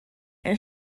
and